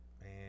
man